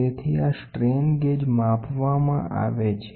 તેથી આ strain gauge માપમાં આવે છે